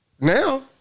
Now